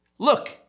Look